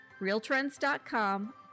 realtrends.com